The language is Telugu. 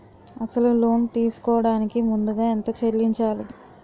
అసలు లోన్ తీసుకోడానికి ముందుగా ఎంత చెల్లించాలి?